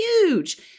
huge